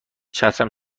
چترم